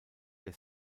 der